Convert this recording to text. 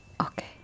Okay